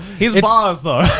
he's bars though.